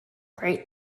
great